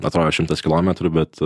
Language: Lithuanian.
atrodo šimtas kilometrų bet